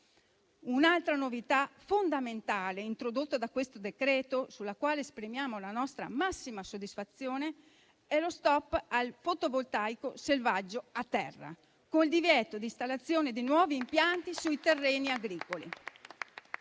Un'altra novità fondamentale introdotta da questo decreto-legge sulla quale esprimiamo la nostra massima soddisfazione è lo stop al fotovoltaico selvaggio a terra, con il divieto di installazione di nuovi impianti sui terreni agricoli;